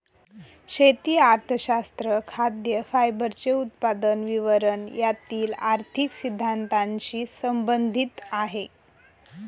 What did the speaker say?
शेती अर्थशास्त्र खाद्य, फायबरचे उत्पादन, वितरण यातील आर्थिक सिद्धांतानशी संबंधित आहे